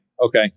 Okay